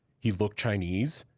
he looked chinese,